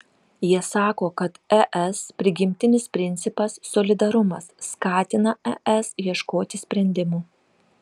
jie sako kad es prigimtinis principas solidarumas skatina es ieškoti sprendimų